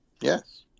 Yes